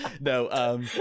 no